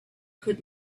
could